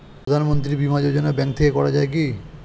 প্রধানমন্ত্রী বিমা যোজনা ব্যাংক থেকে করা যায় কি?